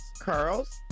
Curls